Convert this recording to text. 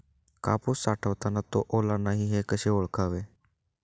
कापूस साठवताना तो ओला नाही हे कसे ओळखावे?